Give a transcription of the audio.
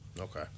Okay